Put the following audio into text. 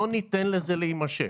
לא ניתן לזה להימשך.